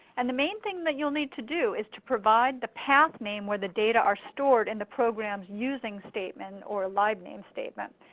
and the main thing that youll need to do is to provide the pathname where the data are stored in the programs using statement or libname statement.